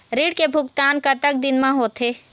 ऋण के भुगतान कतक दिन म होथे?